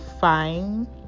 fine